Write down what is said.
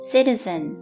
Citizen